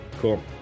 Cool